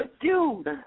Dude